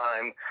time